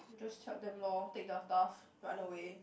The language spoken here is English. just help them lor take their stuff run away